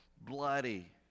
bloody